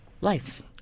life